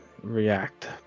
react